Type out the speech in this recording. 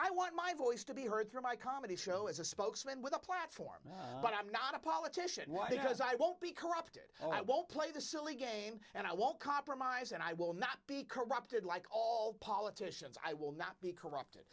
i want my voice to be heard through my comedy show as a spokesman with a platform but i'm not a politician why because i won't be corrupted so i won't play the silly game and i won't compromise and i will not be corrupted like all politicians i will not be corrupted